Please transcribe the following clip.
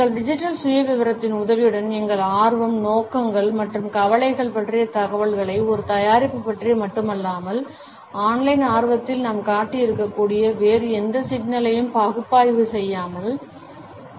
எங்கள் டிஜிட்டல் சுயவிவரத்தின் உதவியுடன் எங்கள் ஆர்வம் நோக்கங்கள் மற்றும் கவலைகள் பற்றிய தகவல்களை ஒரு தயாரிப்பு பற்றி மட்டுமல்லாமல் ஆன்லைன் ஆர்வத்தில் நாம் காட்டியிருக்கக்கூடிய வேறு எந்த சிக்கலையும் பகுப்பாய்வு செய்யலாம்